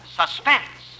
suspense